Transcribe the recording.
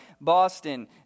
Boston